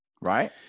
Right